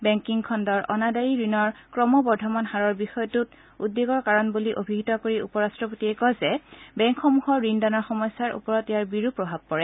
banking খণ্ডৰ অনাদায়ী ঋণৰ ক্ৰমবৰ্ধমান হাৰৰ বিষয়টোক উদ্বেগৰ কাৰণ বুলি অভিহিত কৰি উপ ৰাট্টপতিয়ে কয় যে বেংকসমূহৰ ঋণদানৰ সামৰ্থ্যৰ ওপৰত ইয়াৰ বিৰূপ প্ৰভাৱ পৰে